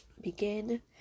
Begin